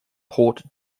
port